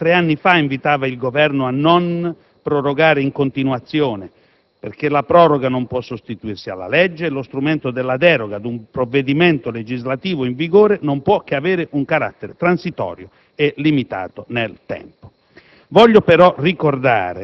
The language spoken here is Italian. La Corte costituzionale, già tre anni fa, invitava il Governo a non prorogare in continuazione, perché la proroga non può sostituirsi alla legge; lo strumento della deroga di un provvedimento legislativo in vigore non può che avere un carattere transitorio e limitato nel tempo.